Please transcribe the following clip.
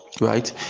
right